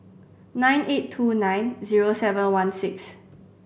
nine eight two nine zero seven one six